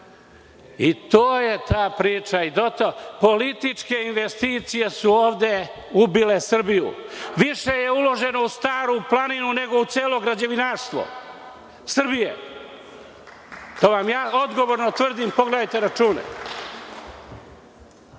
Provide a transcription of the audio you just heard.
To je ta priča. Političke investicije su ovde ubile Srbiju. Više je uloženo u Staru planinu nego u celo građevinarstvo Srbije. To vam ja odgovorno tvrdim. Pogledajte račune.